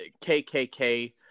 KKK